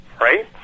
Right